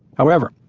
however,